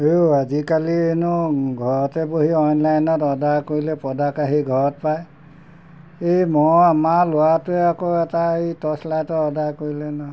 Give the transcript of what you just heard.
ও আজিকালি হেনো ঘৰতে বহি অনলাইনত অৰ্ডাৰ কৰিলে প্ৰডাক্ট আহি ঘৰত পায় এই মই আমাৰ ল'ৰাটোৱে আকৌ এটা এই টৰ্চ লাইটৰ অৰ্ডাৰ কৰিলে ন